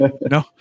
No